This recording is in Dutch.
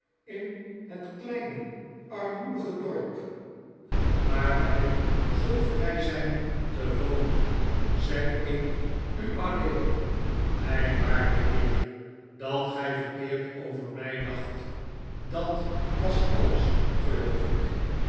in het kleine armoedige dorp waar wij zoo vrij zijn een genoeglijke vers t a ndh o ud i n g te wonen zei ik u alleen mijn waarde heer dat gij verkeerd over mij dacht dat was alles geloof ik